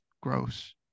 gross